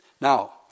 Now